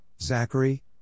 Zachary